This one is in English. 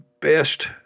best